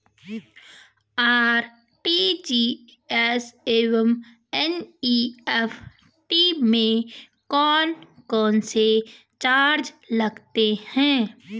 RTGS एवं NEFT में कौन कौनसे चार्ज लगते हैं?